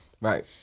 Right